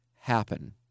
happen